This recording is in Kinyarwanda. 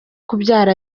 kubyara